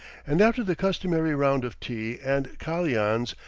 and after the customary round of tea and kalians,